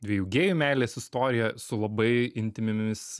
dviejų gėjų meilės istoriją su labai intymiomis